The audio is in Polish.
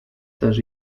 też